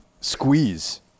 squeeze